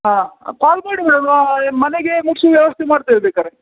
ಹಾಂ ಕಾಲ್ ಮಾಡಿ ಮೇಡಮ ಏನು ಮನೆಗೆ ಮುಟ್ಟಿಸು ವ್ಯವಸ್ಥೆ ಮಾಡ್ತೇವೆ ಬೇಕಾದ್ರೆ